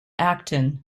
acton